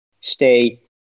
stay